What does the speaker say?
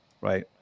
right